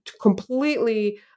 completely